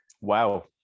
wow